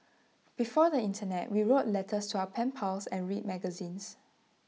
before the Internet we wrote letters to our pen pals and read magazines